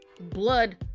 blood